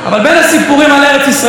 אבל בין הסיפורים על ארץ ישראל,